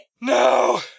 No